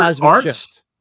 arts